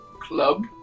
club